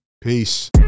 Peace